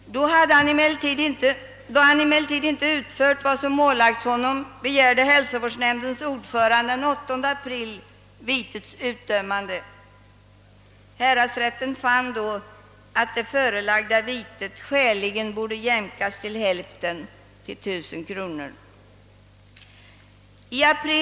Då hästägaren inte utförde vad som ålagts honom begärde hälsovårdsnämndens ordförande den 8 april vitets utdömande. Häradsrätten fann då att det förelagda vitet borde jämkas till hälften, 1000 kronor.